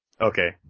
Okay